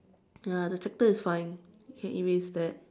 ya the tractor is fine you can erase that